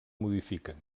modifiquen